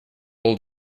old